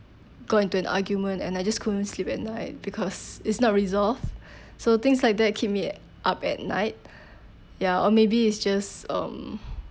got into an argument and I just couldn't sleep at night because it's not resolved so things like that keep me up at night ya or maybe it's just um